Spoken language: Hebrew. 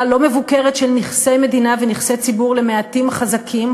לא מבוקרת של נכסי מדינה ונכסי ציבור למעטים חזקים,